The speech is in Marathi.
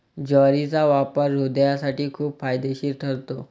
ज्वारीचा वापर हृदयासाठी खूप फायदेशीर ठरतो